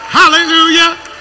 hallelujah